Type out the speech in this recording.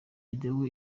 video